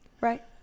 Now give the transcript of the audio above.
right